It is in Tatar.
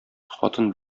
хатын